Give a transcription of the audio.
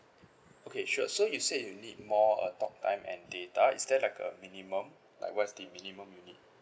okay sure so you said you need more uh talk time and data is there like a minimum like what's the minimum you need